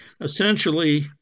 essentially